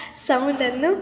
ಸೌಂಡನ್ನು